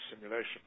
simulation